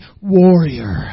warrior